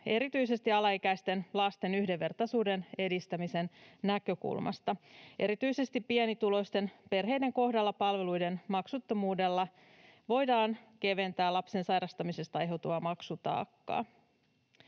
erityisesti alaikäisten lasten yhdenvertaisuuden edistämisen näkökulmasta. Erityisesti pienituloisten perheiden kohdalla palveluiden maksuttomuudella voidaan keventää lapsen sairastamisesta aiheutuvaa maksutaakkaa.